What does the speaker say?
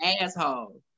asshole